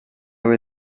were